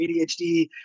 ADHD